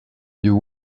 you